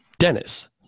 Dennis